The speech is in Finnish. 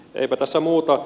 eipä tässä muuta